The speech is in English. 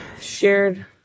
shared